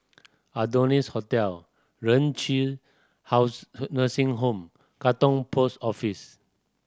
Adonis Hotel Renci House Nursing Home Katong Post Office